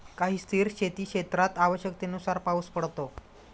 काही स्थिर शेतीक्षेत्रात आवश्यकतेनुसार पाऊस पडतो